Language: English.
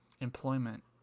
employment